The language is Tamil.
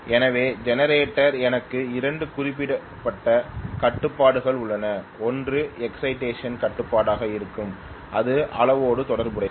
எனவே ஜெனரேட்டரில் எனக்கு இரண்டு குறிப்பிட்ட கட்டுப்பாடுகள் உள்ளன ஒன்று எக்சைடேஷன் கட்டுப்பாடாக இருக்கும் இது அளவோடு தொடர்புடையது